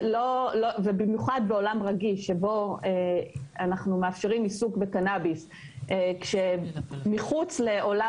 במיוחד בעולם פרטי שבו אנחנו מאפשרים עיסוק בקנאביס שמחוץ לעולם